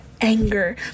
anger